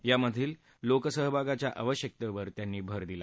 यामधील लोकसहभागाच्या आवश्यकतेवर त्यांनी भर दिला